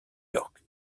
york